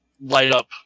light-up